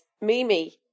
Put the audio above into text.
Mimi